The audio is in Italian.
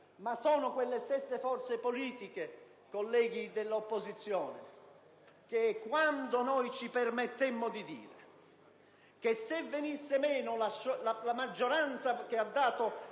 Ma sono quelle stesse forze politiche, colleghi dell'opposizione, che quando ci permettemmo di dire che se fosse venuta meno la maggioranza che ha dato